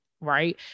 Right